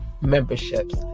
memberships